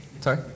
Sorry